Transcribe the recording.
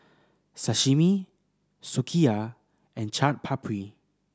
Sashimi Sukiyaki and Chaat Papri